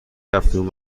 رفتیم